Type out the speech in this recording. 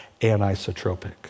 anisotropic